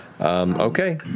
Okay